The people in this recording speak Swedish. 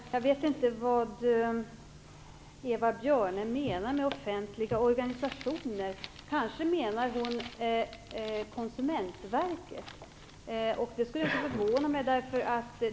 Fru talman! Jag vet inte vad Eva Björne menar med "offentliga organisationer". Kanske menar hon Konsumentverket. Det skulle inte förvåna mig.